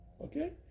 Okay